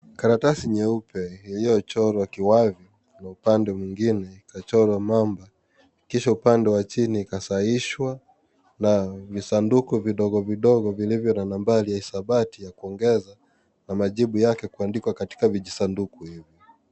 Karatasi nyeupe iliyochorwa kiwavi na upande mwingine ikachorwa mamba, na kisha upande mwingine ikasahihishwa na visanduku vidogovidogo vilivyo na nambari ya hisabati ,ya kuongeza na majibu yake kuandikwa katika vijisandiku hivyo.